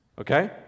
Okay